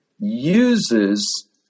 uses